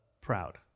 proud